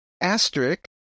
asterisk